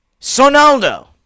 Sonaldo